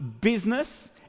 business